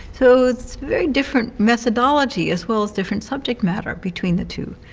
so, it's very different methodology as well as different subject matter between the two.